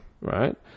Right